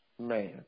man